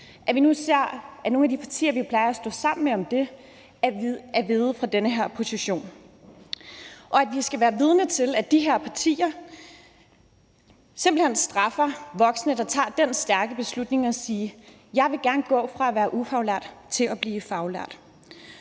Men vi ser nu, at nogle af de partier, vi plejer at stå sammen med om det, er veget fra den her position, og vi er vidner til, at de her partier simpelt hen straffer voksne, der tager den stærke beslutning at sige: Jeg vil gerne gå fra at være ufaglært til at blive faglært.